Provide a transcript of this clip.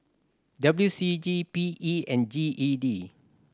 W C G P E and G E D